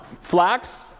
flax